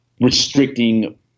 restricting